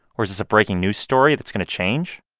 or is this a breaking news story that's going to change?